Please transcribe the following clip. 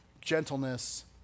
gentleness